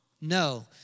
No